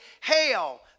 Hail